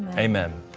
amen.